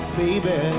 baby